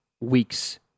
weeks